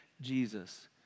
Jesus